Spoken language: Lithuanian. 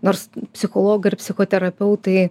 nors psichologai ir psichoterapeutai